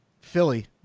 Philly